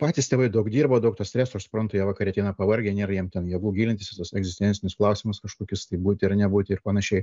patys tėvai daug dirba daug to streso aš suprantu jie vakare ateina pavargę nėra jiem ten jėgų gilintis į tuos egzistencinius klausimus kažkokius tai būti ar nebūti ir panašiai